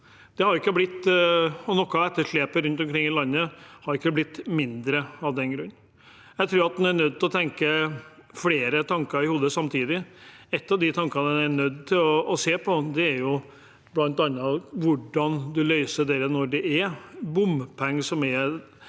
noe av etterslepet rundt omkring i landet har blitt mindre av den grunn. Jeg tror at en er nødt til å ha flere tanker i hodet samtidig. En av de tankene en er nødt til å se på, er bl.a. hvordan en løser dette med at når det er bompenger som er